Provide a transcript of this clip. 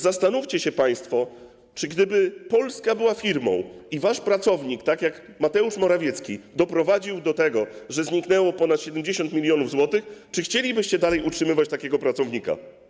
Zastanówcie się państwo: Gdyby Polska była firmą i wasz pracownik tak jak Mateusz Morawiecki doprowadził do tego, że zniknęło ponad 70 mln zł, chcielibyście dalej utrzymywać takiego pracownika?